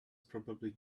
probably